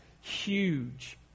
huge